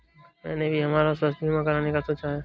मैंने भी हमारा स्वास्थ्य बीमा कराने का सोचा है